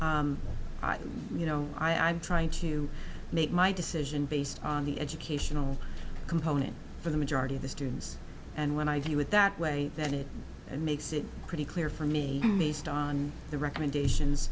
you know i'm trying to make my decision based on the educational component for the majority of the students and when i view it that way that it makes it pretty clear for me based on the recommendations